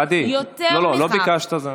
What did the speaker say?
גדי, לא ביקשת.